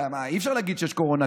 אי-אפשר להגיד שיש קורונה,